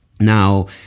Now